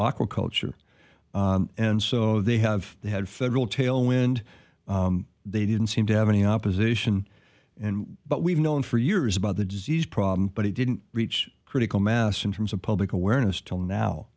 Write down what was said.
awkward culture and so they have they had federal tail wind they didn't seem to have any opposition and but we've known for years about the disease problem but it didn't reach critical mass in terms of public awareness till now